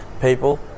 people